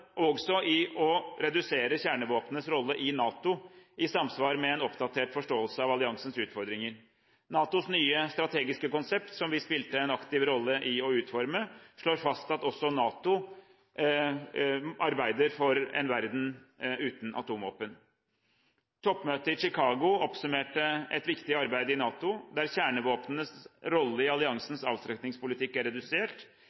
også i å redusere kjernevåpnenes rolle i NATO, i samsvar med en oppdatert forståelse av alliansens utfordringer. NATOs nye strategiske konsept, som vi spilte en aktiv rolle i å utforme, slår fast at også NATO arbeider for en verden uten atomvåpen. Toppmøtet i Chicago oppsummerte et viktig arbeid i NATO, der kjernevåpnenes rolle i